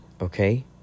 Okay